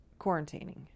quarantining